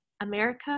America